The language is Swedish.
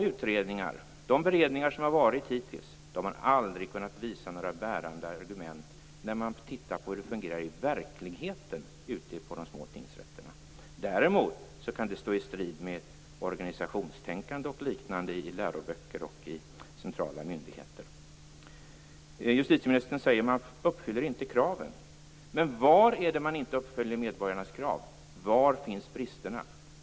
Utredningarna och beredningarna hittills har aldrig kunnat visa några bärande argument när det gäller hur det fungerar i verkligheten ute på de små tingsrätterna. Däremot kan det stå i strid med organisationstänkande och liknande i läroböcker och i centrala myndigheter. Justitieministern säger att man inte uppfyller kraven. Men var är det som medborgarnas krav inte uppfylls? Var finns bristerna?